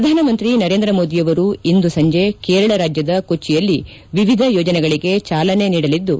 ಪ್ರಧಾನಮಂತ್ರಿ ನರೇಂದ್ರ ಮೋದಿಯವರು ಇಂದು ಸಂಜೆ ಕೇರಳ ರಾಜ್ವದ ಕೊಚ್ಚಿಯಲ್ಲಿ ವಿವಿಧ ಯೋಜನೆಗಳಗೆ ಚಾಲನೆ ನೀಡಲಿದ್ದು